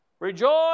rejoice